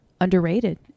underrated